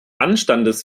anstandes